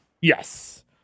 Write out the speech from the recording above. Yes